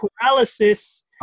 paralysis